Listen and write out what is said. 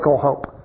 hope